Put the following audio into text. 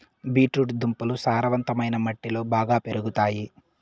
beet root దుంపలు సారవంతమైన మట్టిలో బాగా పెరుగుతాయి